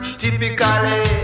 typically